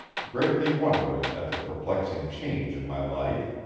greatly wondering at the perplexing change in my life,